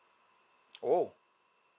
oh